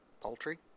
poultry